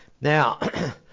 Now